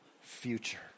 future